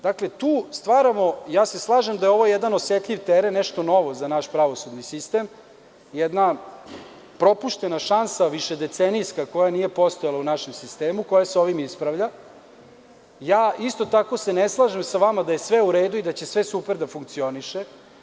Dakle, tu stvaramo, ja se slažem da je ovo jedan osetljiv teren, nešto novo za naš pravosudni sistem, jedna propuštena šansa, višedecenijska koja nije postojala u našem sistemu koja se ovim ispravlja, ja isto tako se na slažem sa vama da je sve u redu i da će sve super da funkcioniše.